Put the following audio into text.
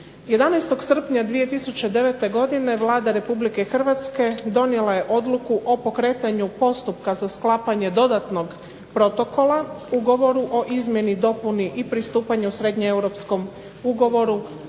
11. srpnja 2009. godine Vlada Republike Hrvatske donijela je odluku o pokretanju postupka za sklapanje Dodatnog protokola Ugovoru o izmjeni i dopuni i pristupanju Srednjeeuropskom ugovoru